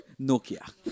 Nokia